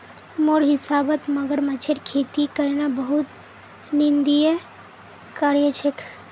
मोर हिसाबौत मगरमच्छेर खेती करना बहुत निंदनीय कार्य छेक